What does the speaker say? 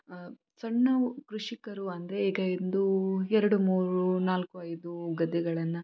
ಸಣ್ಣ ಕೃಷಿಕರು ಅಂದರೆ ಈಗ ಇಂದು ಎರಡು ಮೂರು ನಾಲ್ಕು ಐದು ಗದ್ದೆಗಳನ್ನು